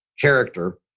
character